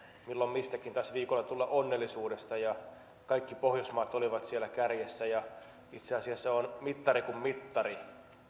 milloin mistäkin taisi viikolla tulla onnellisuudesta ja kaikki pohjoismaat olivat siellä kärjessä itse asiassa mittari kuin mittari